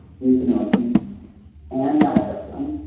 buprenorphine and naltrexone,